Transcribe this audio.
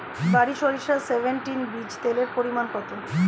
বারি সরিষা সেভেনটিন বীজে তেলের পরিমাণ কত?